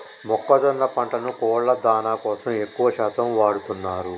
మొక్కజొన్న పంటను కోళ్ళ దానా కోసం ఎక్కువ శాతం వాడుతున్నారు